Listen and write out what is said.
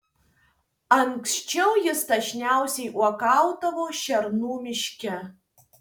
anksčiau jis dažniausiai uogaudavo šernų miške